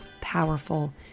powerful